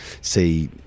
see